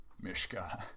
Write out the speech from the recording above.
Mishka